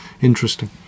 interesting